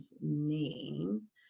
names